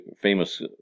famous